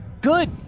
good